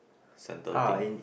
center thing